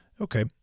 Okay